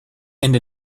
and